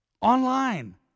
online